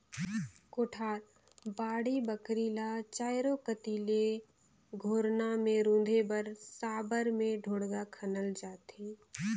कोठार, बाड़ी बखरी ल चाएरो कती ले घोरना मे रूधे बर साबर मे ढोड़गा खनल जाथे